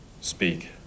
speak